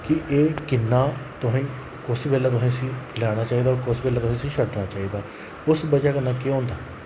कि एह् किन्ना तोहें कुस बेल्लै तुस इस्सी लैना चाहि्दी और कुस बेल्लै तुसैं इस्सी छड्डना चाहि्दा उस वजह् कन्नै केह् होंदा